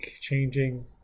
changing